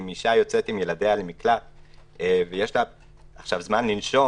אם אישה יוצאת עם ילדיה למקלט ויש לה עכשיו זמן לנשום